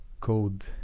code